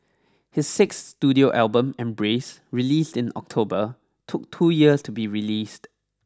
his six studio album embrace released in October took two years to be released